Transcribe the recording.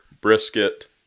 brisket